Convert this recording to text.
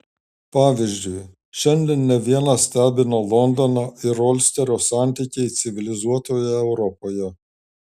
pavyzdžiui šiandien ne vieną stebina londono ir olsterio santykiai civilizuotoje europoje